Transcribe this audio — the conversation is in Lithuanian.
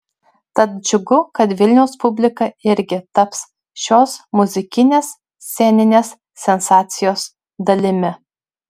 tad džiugu kad vilniaus publika irgi taps šios muzikinės sceninės sensacijos dalimi